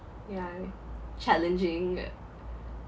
yeah challenging uh